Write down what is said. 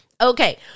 okay